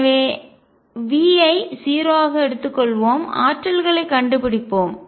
எனவே V ஐ 0 ஆக எடுத்துக்கொள்வோம் ஆற்றல்களைக் கண்டுபிடிப்போம்